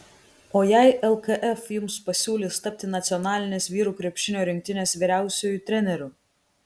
o jei lkf jums pasiūlys tapti nacionalinės vyrų krepšinio rinktinės vyriausiuoju treneriu